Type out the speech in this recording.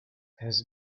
has